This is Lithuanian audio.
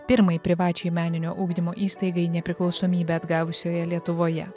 pirmai privačiai meninio ugdymo įstaigai nepriklausomybę atgavusioje lietuvoje